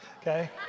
okay